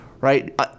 right